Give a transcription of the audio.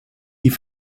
die